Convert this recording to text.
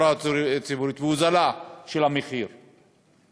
הוזלה של מחירי התחבורה הציבורית,